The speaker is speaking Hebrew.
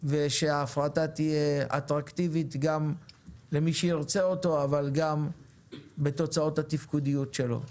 כך שהיא תהיה אטרקטיבית גם למי שירצה אותו וגם בתוצאות התפקודיות שלו.